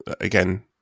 again